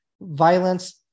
violence